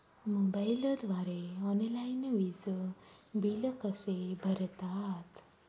मोबाईलद्वारे ऑनलाईन वीज बिल कसे भरतात?